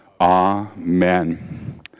Amen